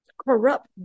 corrupt